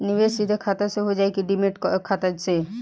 निवेश सीधे खाता से होजाई कि डिमेट खाता से?